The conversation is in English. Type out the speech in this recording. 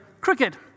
cricket